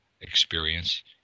experience